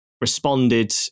responded